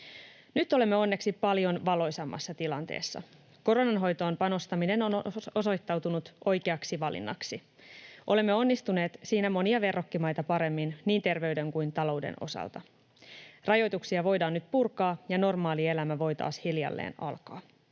Nyt olemme onneksi paljon valoisammassa tilanteessa. Koronan hoitoon panostaminen on osoittautunut oikeaksi valinnaksi. Olemme onnistuneet siinä monia verrokkimaita paremmin niin terveyden kuin talouden osalta. Rajoituksia voidaan nyt purkaa, ja normaali elämä voi taas hiljalleen alkaa.